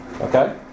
Okay